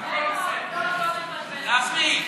בבקשה,